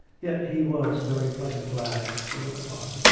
yet he was a very pleasant lad to look upon,